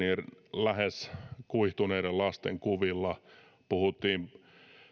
lähes kuihtuneiden lasten kuvilla puhuttiin